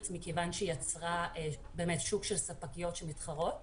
מכיוון שהיא יצרה שוק של ספקיות שמתחרות